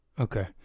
Okay